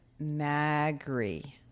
Magri